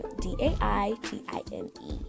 d-a-i-t-i-n-e